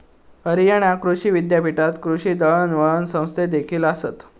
हरियाणा कृषी विद्यापीठात कृषी दळणवळण संस्थादेखील आसत